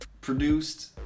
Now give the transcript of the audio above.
produced